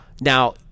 Now